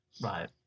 Right